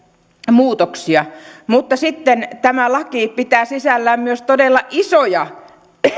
muutoksia mutta tämä laki pitää sisällään myös todella isoja